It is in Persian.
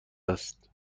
است